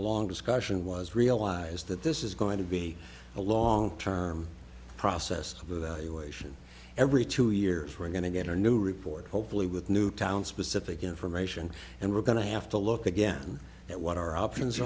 long discussion was realize that this is going to be a long term process of evaluation every two years we're going to get a new report hopefully with newtown specific information and we're going to have to look again at what our options